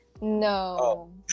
No